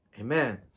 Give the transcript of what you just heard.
Amen